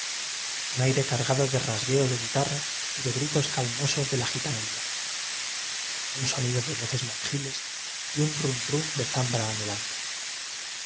un aire cargado de rasgueos de guita rras y de gritos calmosos de la gitanería un sonido de voces monjiles y un rum rum de zambra anhelante